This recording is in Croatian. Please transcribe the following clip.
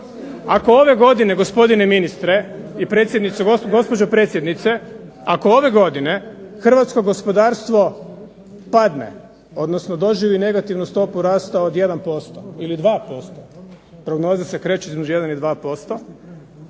Ako ove godine, gospodine ministre i predsjednice, gospođo predsjednice, ako ove godine hrvatsko gospodarstvo padne odnosno doživi negativnu stopu rasta od 1% ili 2%, prognoze se kreću između 1 i 2%,